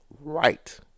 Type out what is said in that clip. Right